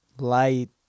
Light